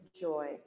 joy